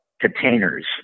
containers